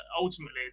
ultimately